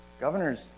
Governors